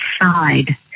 side